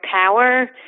power